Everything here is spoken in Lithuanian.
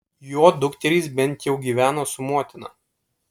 jo dukterys bent jau gyveno su motina